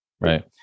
Right